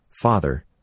Father